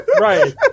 right